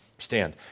Stand